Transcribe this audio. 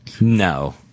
No